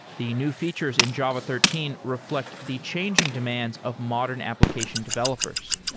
the new features in java thirteen refl ect the changing demands of modern application developers.